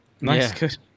Nice